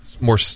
More